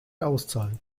auszahlen